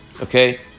Okay